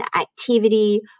activity